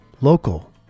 local